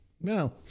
No